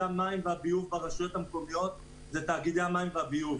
המים והביוב ברשות זה תאגידי המים והביוב.